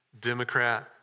Democrat